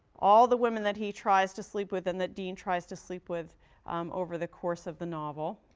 all the women that he tries to sleep with and that dean tries to sleep with over the course of the novel